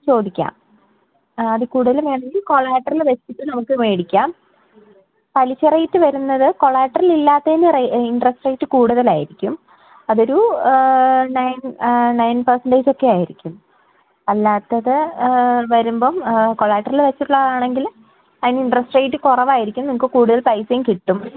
ചോദിക്കാം അതിൽ കൂടുതൽ വേണമെങ്കിൽ കൊളക്ടറൽ വച്ചിട്ട് നമുക്ക് മേടിക്കാം പലിശ റേറ്റ് വരുന്നത് കൊളക്ടറൽ ഇല്ലാത്തതിൽ റേ ഇൻട്രസ്റ്റ് റേറ്റ് കൂടുതലായിരിക്കും അതൊരു നയിൻറ്റി നൈൻ തൗസൻട് ഒക്കെ ആയിരിക്കും അല്ലാത്തത് വരുമ്പോൾ കൊളക്ടറൽ വെച്ചിട്ടുള്ളതാണെങ്കിൽ അതിന് ഇൻട്രസ്റ്റ് റേറ്റ് കുറവായിരിക്കും നിങ്ങൾക്ക് കൂടുതൽ പൈസയും കിട്ടും